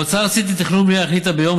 המועצה הארצית לתכנון ובנייה החליטה ביום